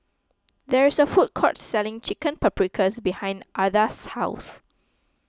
there is a food court selling Chicken Paprikas behind Ardath's house